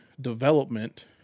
development